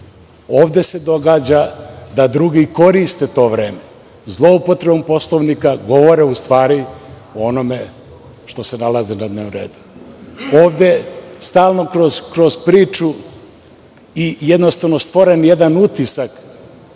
Ovde se događa da drugi koriste to vreme. Zloupotrebom Poslovnika govore u stvari o onome što se nalazi na dnevnom redu, ovde stalno kroz priču. Jednostavno, stvoren je jedan utisak,